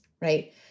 right